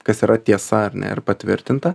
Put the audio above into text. kas yra tiesa ar ne ir patvirtinta